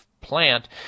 plant